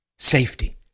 Safety